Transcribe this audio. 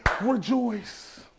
rejoice